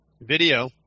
video